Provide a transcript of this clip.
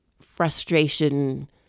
frustration